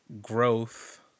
growth